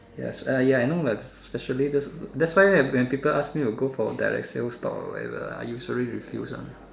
yes uh ya I know lah especially those that's why when people ask me to go for direct sales talk or whatever I usually refuse one